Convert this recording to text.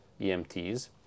EMTs